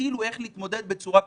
שהשכילו איך להתמודד בצורה כזו,